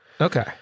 Okay